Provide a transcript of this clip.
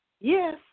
Yes